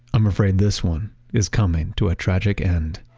i'm afraid this one is coming to a tragic end,